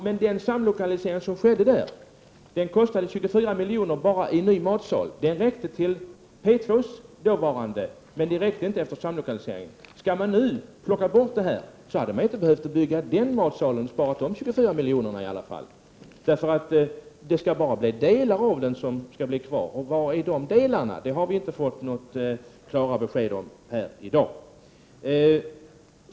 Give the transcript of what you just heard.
Men den samlokalisering som skedde i Hässleholm kostade 24 milj.kr. bara för en ny matsal. Den matsal som fanns räckte för P 2, men inte efter samlokaliseringen. Skall nu detta tas bort, hade den matsalen inte behövt byggas och 24 milj.kr. hade sparats in. Det är bara delar som skall vara kvar, och vilka är de delarna? Det har vi inte fått klara besked om i dag.